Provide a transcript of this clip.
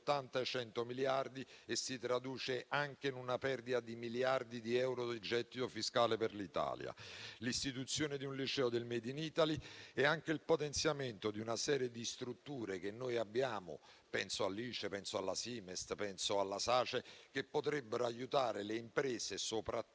ai 100 miliardi e si traduce anche in una perdita di miliardi di euro di gettito fiscale per l'Italia; l'istituzione di un liceo del *made in Italy* e anche il potenziamento di una serie di strutture - penso all'ICE, alla Simest o alla SACE - e che potrebbero aiutare le imprese, soprattutto